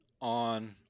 on